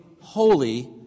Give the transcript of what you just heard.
holy